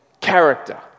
character